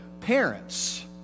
parents